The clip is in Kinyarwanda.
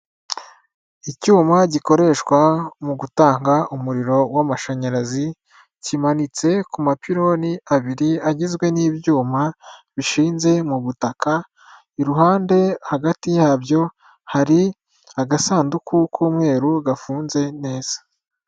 Icyuma gikoreshwa mu gutanga umuriro w'amashanyarazi, kimanitse ku mapironi abiri agizwe n'ibyuma bishinze mu butaka, iruhande hagati yabyo hari agasanduku k'umweru gafunze neza.